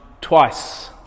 twice